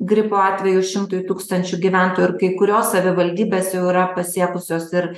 gripo atvejų šimtui tūkstančių gyventojų ir kai kurios savivaldybės jau yra pasiekusios ir